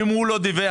ואם הוא לא דיווח,